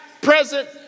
present